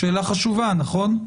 שאלה חשובה, נכון?